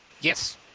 Yes